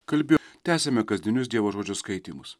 kalbėjo tęsiame kasdienius dievo žodžiu skaitymus